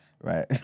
right